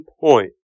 point